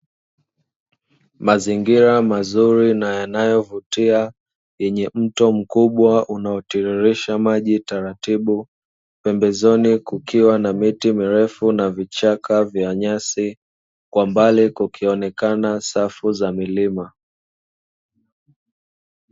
Mazingira mazuri na yanayovutia na yenye mto mkubwa unaotiririsha maji taratibu, pembezoni kukiwa na miti mirefu na vichaka vya nyasi, kwa mbali kukionekana safu za milima.